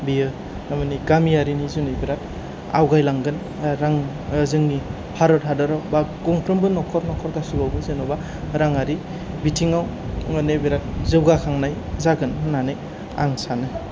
बियो थारमानि गामियारिनि जुनै बिराथ आवगायलांगोन रां जोंनि भारत हादराव बा गंफ्रोमबो नखर गासिबावबो जेनबा राङारि बिथिङाव बिरात जौगाखांनाय जागोन होननानै आं सानो